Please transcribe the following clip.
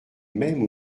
même